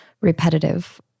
repetitive